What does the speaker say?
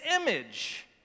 image